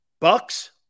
Bucks